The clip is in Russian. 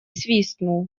свистнул